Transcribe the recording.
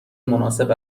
مناسب